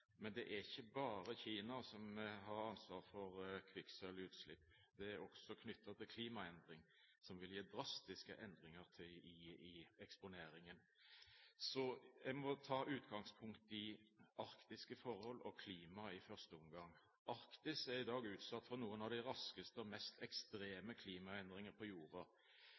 Men det er ikke bare Kina som har ansvar for kvikksølvutslipp, det er også knyttet til klimaendringene, som vil gi drastiske endringer i eksponeringen. Jeg vil ta utgangspunkt i arktiske forhold og klima i første omgang. Arktis er i dag utsatt for noen av de raskeste og mest ekstreme klimaendringer på jorda.